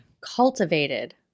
Cultivated